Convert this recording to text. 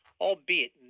albeit